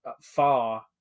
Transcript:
far